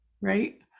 right